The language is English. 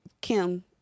Kim